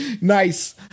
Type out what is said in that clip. Nice